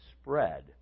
spread